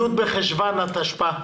י' בחשוון התשפ"א.